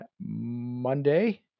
Monday